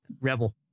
Rebel